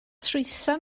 trwytho